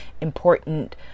important